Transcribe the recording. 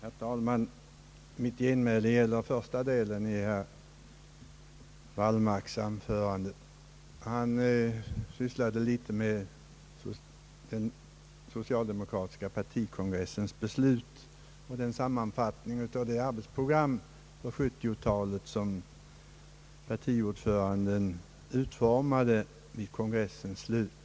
Herr talman! Mitt genmäle gäller första delen av herr Wallmarks anförande. Han sysslade där litet med den socialdemokratiska partikongressens beslut och den sammanfattning av arbetsprogrammet för 1970-talet som partiordföranden gjorde vid kongressens slut.